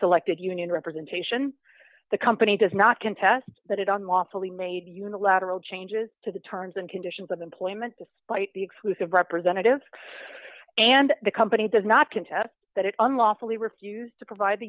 selected union representation the company does not contest that it on lawfully made unilateral changes to the terms and conditions of employment despite the exclusive representatives and the company does not contest that it unlawfully refused to provide the